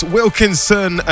Wilkinson